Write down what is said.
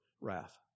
wrath